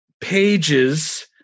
pages